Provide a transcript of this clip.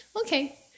okay